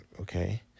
Okay